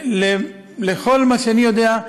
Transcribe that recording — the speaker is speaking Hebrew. לפי מה שאני יודע,